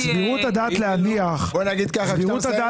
סבירות הדעת להניח שמי